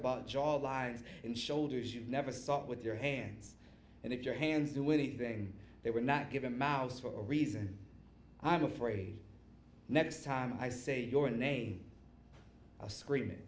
about job lines and shoulders you never saw it with your hands and if your hands do with anything they were not given mouse for a reason i'm afraid next time i say your name i'll scream